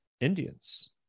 Indians